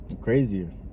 Crazier